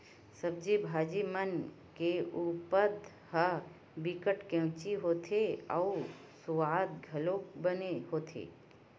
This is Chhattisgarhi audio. सब्जी भाजी मन के पउधा ह बिकट केवची होथे अउ सुवाद घलोक बने होथे